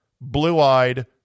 blue-eyed